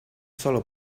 solo